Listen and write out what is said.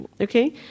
okay